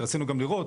רצינו גם לראות,